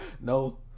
No